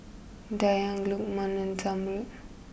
Dayang Lukman and Zamrud